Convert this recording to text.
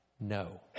No